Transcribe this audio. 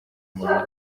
mourinho